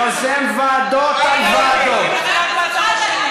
יוזם ועדות על ועדות,